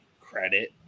credit